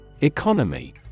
Economy